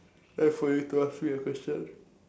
time for you to ask me a question